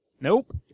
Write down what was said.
Nope